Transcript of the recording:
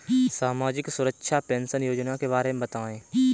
सामाजिक सुरक्षा पेंशन योजना के बारे में बताएँ?